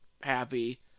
happy